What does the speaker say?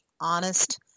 honest